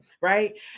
right